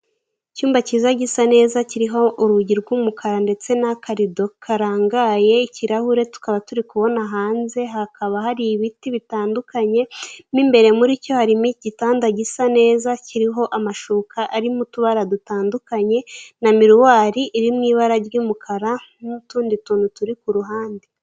Icyumba cyiza gisa neza kiriho urugi rw'umukara ndetse n'akarido karangaye ikirahure tukaba turi kubona hanze hakaba hari ibiti bitandukanye, mo imbere muri cyo harimo igitanda gisa neza kiriho amashuka arimo utubara dutandukanye na miriwari iri mu ibara ry'umukara n'utundi tuntu turi ku ruhande.